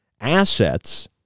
assets